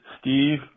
Steve